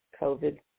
COVID